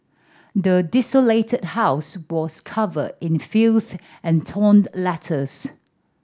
the desolated house was covered in filth and toned letters